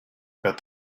about